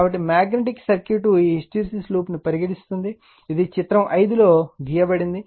కాబట్టి magnetic circuit ఈ hysteresis loop ను పరిగణిస్తుంది ఇది చిత్రం 5 లో గీయబడింది